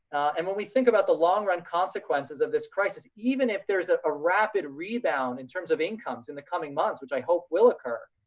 and when we think about the long run consequences of this crisis, even if there's a ah rapid rebound in terms of incomes in the coming months, which i hope will occur,